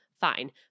Fine